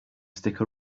stick